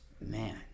Man